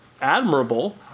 admirable